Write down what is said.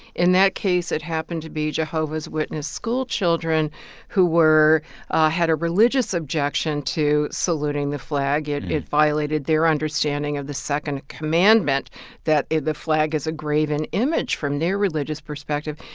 in that case, it happened to be jehovah's witness schoolchildren who were had a religious objection to saluting the flag. it it violated their understanding of the second commandment that the flag is a graven image from their religious perspective.